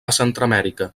centreamèrica